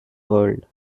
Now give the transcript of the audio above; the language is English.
world